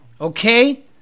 Okay